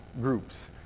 groups